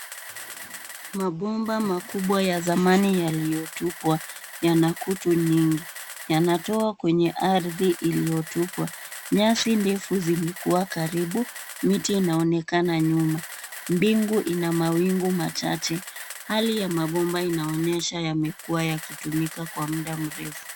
Mabomba makubwa ya zamani yaliyotupwa yana kutu nyingi yanatua kwenye ardhi iliyotupwa. Nyasi ndefu zimekuwa karibu miti inaonekana nyuma. Mbingu ina mawingu machache. Hali ya mabomba inaonyesha yamekuwa yakitumika kwa muda mrefu.